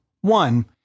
One